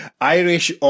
irish